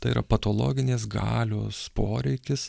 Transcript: tai yra patologinės galios poreikis